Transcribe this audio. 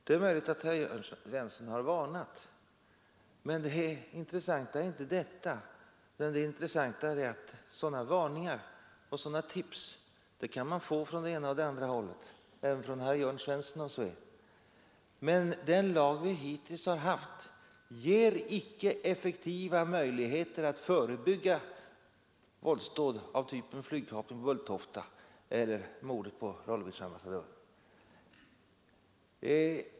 Det är möjligt att herr Jörn Svensson har varnat, men det är inte det intressanta. Utan det intressanta är att sådana varningar och tips kan man få från det ena och från det andra hållet, även från herr Jörn Svensson om så är. Men den lag vi hittills har haft ger icke effektiva möjligheter att förebygga våldsdåd av typen flygkapningen på Bulltofta eller mordet på den jugoslaviske ambassadören.